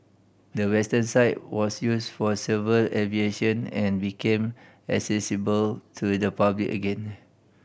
the western side was used for civil aviation and became accessible to the public again